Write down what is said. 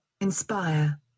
inspire